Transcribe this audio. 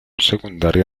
secundaria